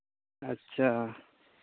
अच्छा